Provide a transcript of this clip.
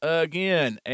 again